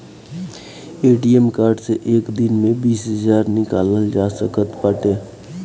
ATM card से एक दिन में बीस हजार निकालल जा सकत बाटे